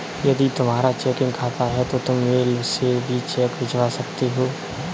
यदि तुम्हारा चेकिंग खाता है तो तुम मेल से भी चेक भिजवा सकते हो